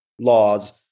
laws